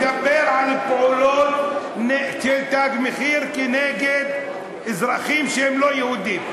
מדבר על פעולות "תג מחיר" כנגד אזרחים שהם לא יהודים.